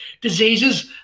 diseases